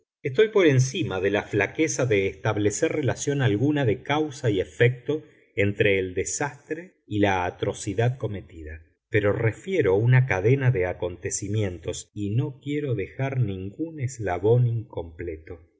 estoy por encima de la flaqueza de establecer relación alguna de causa y efecto entre el desastre y la atrocidad cometida pero refiero una cadena de acontecimientos y no quiero dejar ningún eslabón incompleto